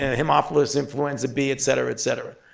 and haemophilus influenzae b, et cetera, et cetera.